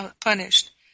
punished